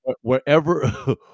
Wherever